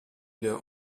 der